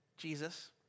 Jesus